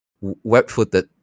web-footed